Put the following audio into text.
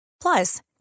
Plus